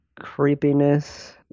creepiness